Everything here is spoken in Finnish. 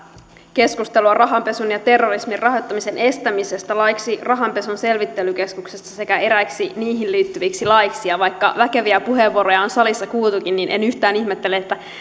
keskustelua esityksestä laiksi rahanpesun ja terrorismin rahoittamisen estämisestä laiksi rahanpesun selvittelykeskuksesta sekä eräiksi niihin liittyviksi laeiksi vaikka väkeviä puheenvuoroja on salissa kuultukin niin en yhtään ihmettele että